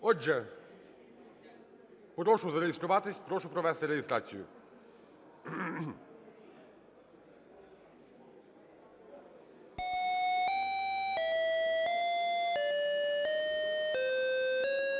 Отже, прошу зареєструватись, прошу провести реєстрацію. 10:03:06